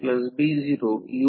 9 होईल R e 1 is 0